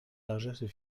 largesses